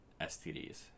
STDs